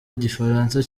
igifaransa